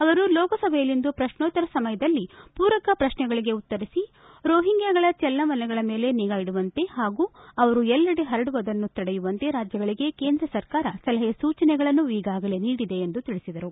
ಅವರು ಲೋಕಸಭೆಯಲ್ಲಿಂದು ಪ್ರಕ್ನೋತ್ತರ ಸಮಯದಲ್ಲಿ ಪೂರಕ ಪ್ರಕ್ನೆಗಳಿಗೆ ಉತ್ತರಿಸಿ ರೋಹಿಂಗ್ನಾಗಳ ಚಲನವಲನಗಳ ಮೇಲೆ ನಿಗಾ ಇಡುವಂತೆ ಹಾಗೂ ಅವರು ಎಲ್ಲೆಡೆ ಹರಡುವುದನ್ನು ತಡೆಯುವಂತೆ ರಾಜ್ಯಗಳಿಗೆ ಕೇಂದ್ರ ಸರ್ಕಾರ ಸಲಹೆ ಸೂಚನೆಗಳನ್ನು ಈಗಾಗಲೇ ನೀಡಿದೆ ಎಂದು ತಿಳಿಸಿದರು